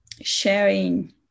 sharing